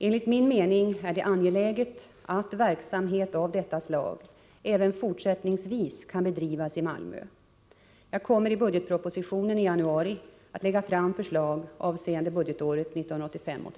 Enligt min mening är det angeläget att verksamhet av detta slag även fortsättningsvis kan bedrivas i Malmö. Jag kommer i budgetpropositionen i januari att lägga fram förslag avseende budgetåret 1985/86.